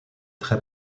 très